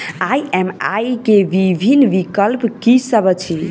EMI केँ विभिन्न विकल्प की सब अछि